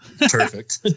Perfect